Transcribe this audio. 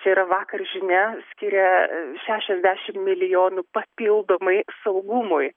čia yra vakar žinia skiria šešiasdešimt milijonų papildomai saugumui